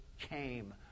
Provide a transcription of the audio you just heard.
came